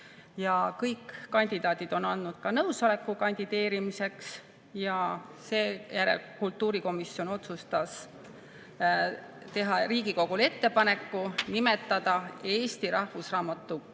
Kõik kandidaadid on andnud nõusoleku kandideerimiseks. Kultuurikomisjon otsustas teha Riigikogule ettepaneku nimetada Eesti Rahvusraamatukogu